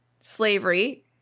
slavery